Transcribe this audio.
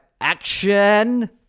action